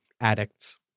Addicts